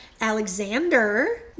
alexander